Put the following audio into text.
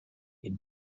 had